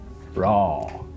Raw